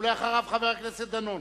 ואחריו חבר הכנסת דנון.